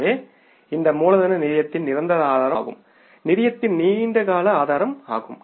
எனவே இந்த மூலதனம் நிதியத்தின் நிரந்தர ஆதாரமாகும் நிதியத்தின் நீண்ட கால ஆதாரமாகும்